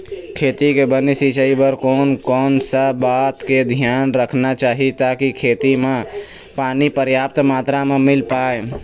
खेती के बने सिचाई बर कोन कौन सा बात के धियान रखना चाही ताकि खेती मा पानी पर्याप्त मात्रा मा मिल पाए?